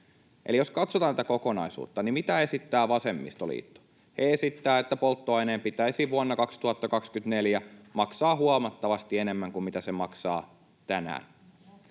Jos katsotaan tätä kokonaisuutta, niin mitä esittää vasemmistoliitto? He esittävät, että polttoaineen pitäisi vuonna 2024 maksaa huomattavasti enemmän kuin mitä se maksaa tänään.